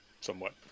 somewhat